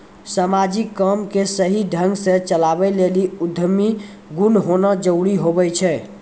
समाजिक काम के सही ढंग से चलावै लेली उद्यमी गुण होना जरूरी हुवै छै